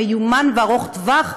מיומן וארוך טווח,